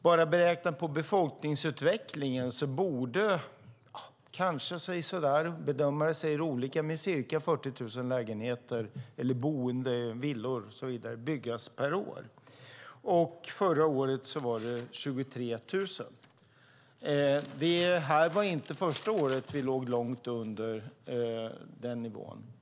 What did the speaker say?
Bara beräknat på befolkningsutvecklingen borde - bedömare säger olika - ca 40 000 bostäder byggas per år, och förra året byggdes 23 000. Det var inte första året som vi låg långt under den nivån.